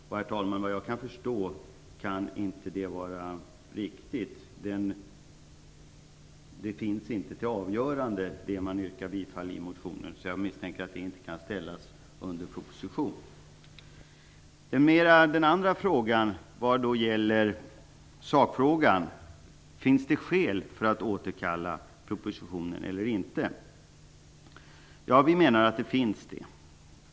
Men, herr talman, såvitt jag kan förstå kan detta inte vara riktigt. Det som man yrkar bifall till i motionen finns inte till avgörande. Jag misstänker att det inte kan ställas under proposition. Den andra sakfrågan lyder: Finns det skäl att återkalla propositionen eller inte? Vi menar att det finns sådana skäl.